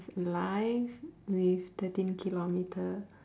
~s live with thirteen kilometer